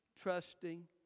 trusting